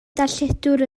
darlledwr